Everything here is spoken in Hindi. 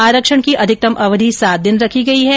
आरक्षण की अधिकतम अवधि सात दिन रखी गयी है